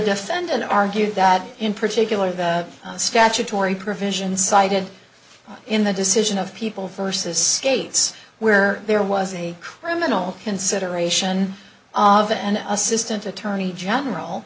defendant argued that in particular the statutory provision cited in the decision of people versus states where there was a criminal consideration of an assistant attorney general